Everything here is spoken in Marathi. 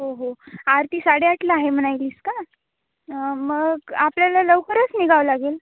हो हो आरती साडे आठला आहे म्हणालीस का मग आपल्याला लवकरच निघावं लागेल